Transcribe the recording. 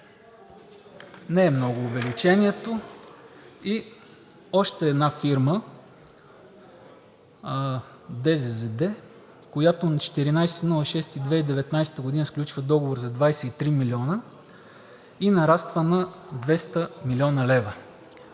не е много увеличението, и още една фирма ДЗЗД, която на 14 юни 2019 г. сключва договор за 23 милиона и нараства на 200 млн. лв.